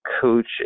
coach